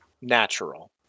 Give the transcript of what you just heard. natural